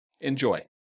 enjoy